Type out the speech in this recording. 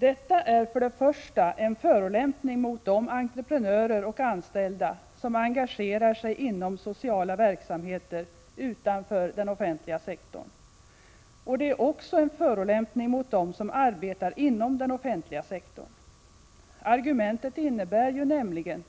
Detta är för det första en förolämpning mot de entreprenörer och anställda som engagerar sig inom sociala verksamheter utanför den offentliga sektorn. För det andra är det en förolämpning också mot dem som arbetar inom den offentliga sektorn. Argumentet innebär nämligen